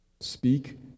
Speak